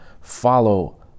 follow